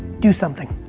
do something.